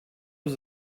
was